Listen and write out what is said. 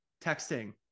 texting